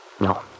No